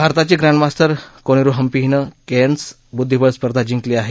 भारताची ग्रँडमास्त्रि कोनेरु हम्पी हिनं केयर्न्स बुद्धीबळ स्पर्धा जिंकली आहे